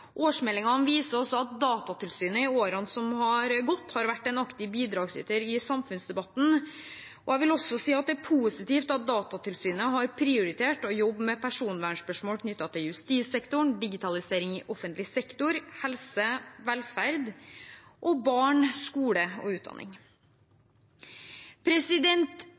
Årsmeldingene viser også at Datatilsynet i årene som har gått, har vært en aktiv bidragsyter i samfunnsdebatten. Jeg vil også si at det er positivt at Datatilsynet har prioritert å jobbe med personvernspørsmål knyttet til justissektoren, digitalisering i offentlig sektor, helse, velferd og barn, skole og